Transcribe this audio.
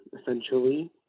essentially